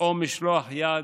או משלוח יד,